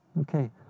Okay